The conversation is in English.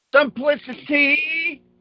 Simplicity